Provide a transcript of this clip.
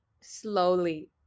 slowly